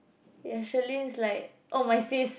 ya Sherlyn is like oh my sis